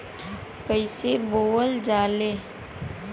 कईसे बोवल जाले?